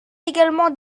également